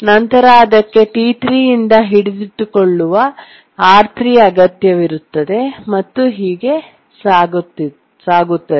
ನಂತರ ಅದಕ್ಕೆ T3 ಯಿಂದ ಹಿಡಿದಿಟ್ಟುಕೊಳ್ಳುವ R3 ಅಗತ್ಯವಿದೆ ಮತ್ತು ಹೀಗೆ ಸಾಗುತ್ತದೆ